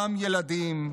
גם ילדים,